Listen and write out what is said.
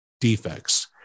Defects